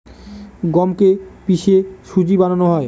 গমকে কে পিষে সুজি বানানো হয়